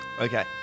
Okay